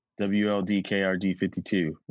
WLDKRD52